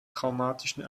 traumatischen